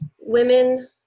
women